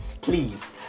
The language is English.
please